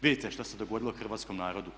Vidite što se dogodilo hrvatskom narodu.